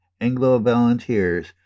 Anglo-volunteers